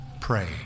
pray